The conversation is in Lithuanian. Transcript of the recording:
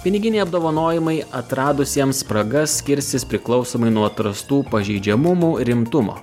piniginiai apdovanojimai atradusiems spragas skirsis priklausomai nuo atrastų pažeidžiamumų rimtumo